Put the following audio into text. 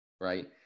right